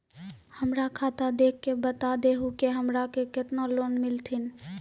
हमरा खाता देख के बता देहु के हमरा के केतना लोन मिलथिन?